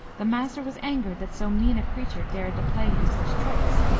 the master was angered that so mean a creature dared to play him such tricks,